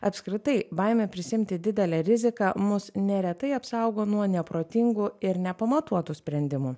apskritai baimė prisiimti didelę riziką mus neretai apsaugo nuo neprotingų ir nepamatuotų sprendimų